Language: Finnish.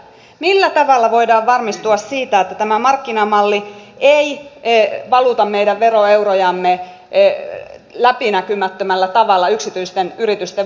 millä tavalla voidaan varmistua siitä että tämä markkinamalli ei valuta meidän veroeurojamme läpinäkymättömällä tavalla yksityisten yritysten voitoksi